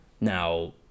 Now